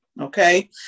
Okay